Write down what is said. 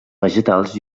vegetals